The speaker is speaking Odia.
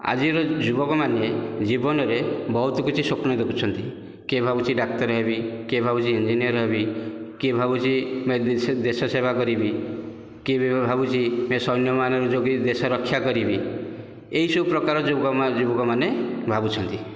ଆଜିକାଲି ଯୁବକମାନେ ଜୀବନରେ ବହୁତ କିଛି ସ୍ୱପ୍ନ ଦେଖୁଛନ୍ତି କିଏ ଭାବୁଛି ଡାକ୍ତର ହେବି କିଏ ଭାବୁଛି ଇଞ୍ଜିନିୟର ହେବି କିଏ ଭାବୁଛି ଦେଶ ସେବା କରିବି କିଏ ବି ଭାବୁଛି ସୈନ୍ୟମାନେ ଜଗି ଦେଶର ରକ୍ଷା କରିବି ଏହି ସବୁପ୍ରକାର ଯୁବକମାନେ ଭାବୁଛନ୍ତି